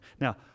Now